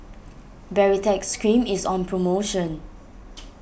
Baritex Cream is on promotion